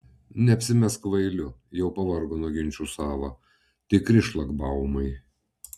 neapsimesk kvailiu jau pavargo nuo ginčų sava tikri šlagbaumai